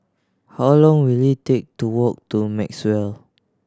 how long will it take to walk to Maxwell